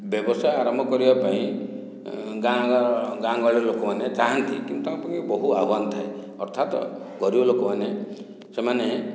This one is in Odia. ବ୍ୟବସାୟ ଆରମ୍ଭ କରିବା ପାଇଁଁ ଗାଁ ଗାଁ ଗାଁ ଗହଳି ଲୋକମାନେ ଚାହାଁନ୍ତି କିନ୍ତୁ ତାଙ୍କ ପାଖରେ ବହୁ ଆହ୍ୱାନ ଥାଏ ଅର୍ଥାତ୍ ଗରିବ ଲୋକମାନେ ସେମାନେ